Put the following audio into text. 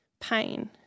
pain